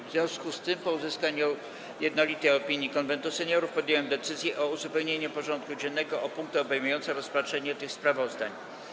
W związku z tym, po uzyskaniu jednolitej opinii Konwentu Seniorów, podjąłem decyzję o uzupełnieniu porządku dziennego o punkty obejmujące rozpatrzenie tych sprawozdań.